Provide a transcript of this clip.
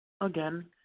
Again